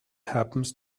happens